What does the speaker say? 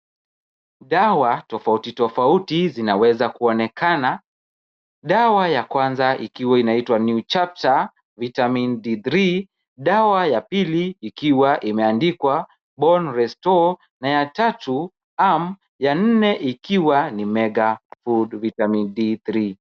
Dawa tofauti tofauti zinaweza kuonekana. Dawa ya kwanza ikiwa inaitwa NewChapter Vitamin D3. Dawa ya pili ikiwa imeandikwa Bone Restore na ya tatu AM. Ya nne ikiwa ni Mega Food Vitamin D3.